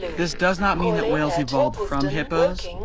this does not mean that whales evolved from hippos,